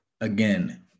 again